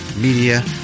media